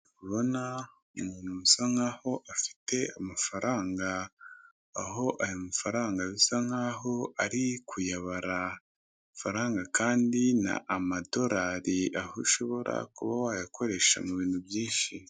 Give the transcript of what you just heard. Ndabona umuntu usa nkaho afite amafaranga, aho ayo mafaranga bisa nkaho ari kuyabara amafaranga kandi ni amadorari aho ushobora kuba wayakoresha mubintu byinshi.